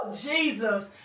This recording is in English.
Jesus